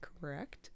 correct